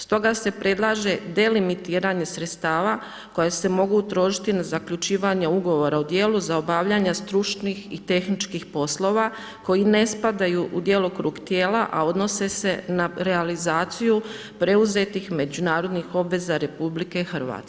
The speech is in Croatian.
Stoga se predlaže deliminitranje sredstava koje se mogu trošiti na zaključivanje ugovora o dijelu za obavljanje stručnih i tehničkih poslova koji ne spadaju u djelokrug tijela a donose se na realizaciju preuzetih međunarodnih obveza RH.